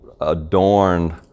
adorned